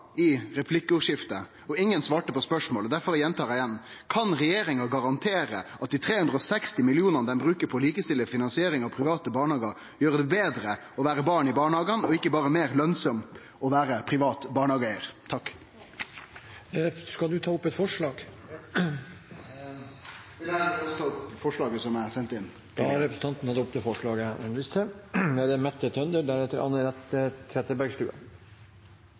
i replikkordskiftet, og ingen svarte på spørsmålet, og difor gjentar eg: Kan regjeringa garantere at dei 360 mill. kr dei bruker på å likestille finansieringa av private barnehagar, gjer det betre å vere barn i barnehagane og ikkje berre meir lønnsamt å vere privat barnehageeigar? Skal representanten ta opp et forslag? Eg vil med dette ta opp det forslaget som er levert inn. Da har representanten Torgeir Knag Fylkesnes tatt opp det forslaget han refererte til.